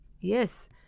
yes